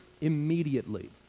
immediately